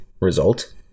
result